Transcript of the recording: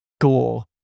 gore